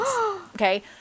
Okay